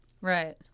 right